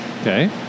okay